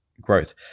Growth